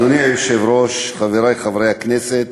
אדוני היושב-ראש, חברי חברי הכנסת,